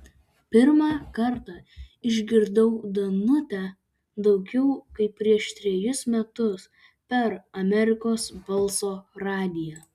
pirmą kartą išgirdau danutę daugiau kaip prieš trejus metus per amerikos balso radiją